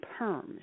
perms